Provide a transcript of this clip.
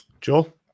Joel